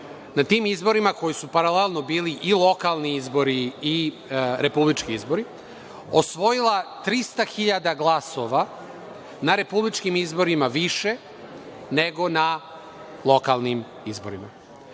na tim izborima koji su paralelno bili i lokalni i republički izbori, osvojila 300 hiljada glasova na republičkim izborima više nego na lokalnim izborima.